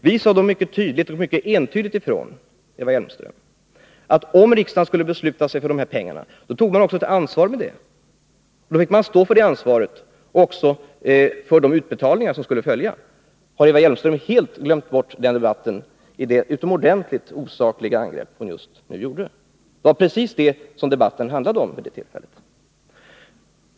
Vi sade då mycket tydligt och entydigt ifrån, Eva Hjelmström, att om riksdagen skulle besluta sig för dessa pengar, då tog man också ett ansvar. Då fick man stå för det ansvaret, liksom för de utbetalningar som skulle följa. Har Eva Hjelmström helt glömt bort den debatten? Det förefaller så, att döma av det utomordentligt osakliga angrepp hon just nu gjorde. Det var precis det som debatten handlade om vid det tillfället.